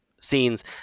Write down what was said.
scenes